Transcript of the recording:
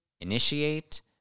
initiate